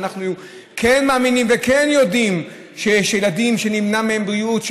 ואנחנו כן מאמינים וכן יודעים שיש ילדים שנמנעת מהם הבריאות,